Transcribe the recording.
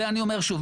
ואני אומר שוב,